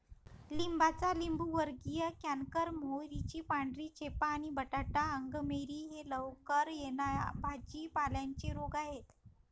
लिंबाचा लिंबूवर्गीय कॅन्कर, मोहरीची पांढरी चेपा आणि बटाटा अंगमेरी हे लवकर येणा या भाजी पाल्यांचे रोग आहेत